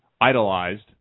idolized